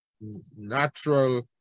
natural